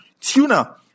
tuna